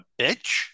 bitch